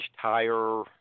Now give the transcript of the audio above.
Tire